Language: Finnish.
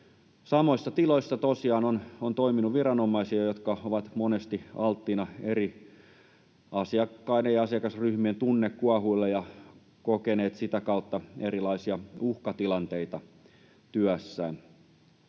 Samoissa tiloissa tosiaan on toiminut viranomaisia, jotka ovat monesti alttiina eri asiakkaiden ja asiakasryhmien tunnekuohuille ja ovat kokeneet sitä kautta erilaisia uhkatilanteita työssään.